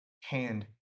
hand